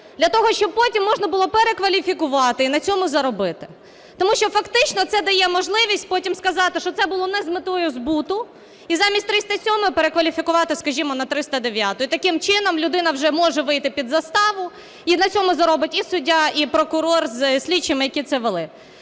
Для того, щоб потім можна було перекваліфікувати і на цьому заробити. Тому що фактично це дає можливість потім сказати, що це було не з метою збуту і замість 307-ї перекваліфікувати, скажімо, на 309-у. І таким чином людина вже може вийти під заставу, і на цьому заробить і суддя, і прокурор з слідчими, які це вели.